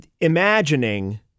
imagining